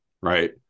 right